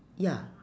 ya